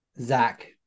Zach